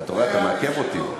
אתה רואה, אתה מעכב אותי.